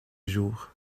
jour